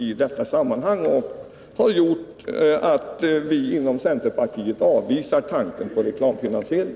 Detta har gjort att vi inom centerpartiet avvisar tanken på reklamfinansiering.